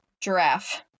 Giraffe